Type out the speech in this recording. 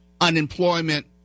unemployment